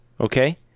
Okay